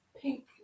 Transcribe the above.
pink